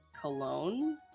cologne